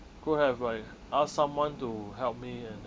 could have like ask someone to help me and